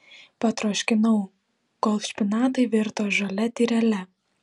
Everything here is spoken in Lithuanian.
patroškinau kol špinatai virto žalia tyrele